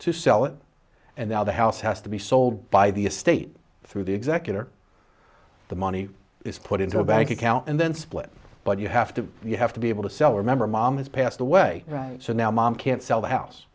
to sell it and now the house has to be sold by the estate through the executor the money is put into a bank account and then split but you have to you have to be able to sell remember mom has passed away right so now mom can't sell the house